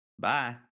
Bye